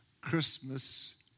Christmas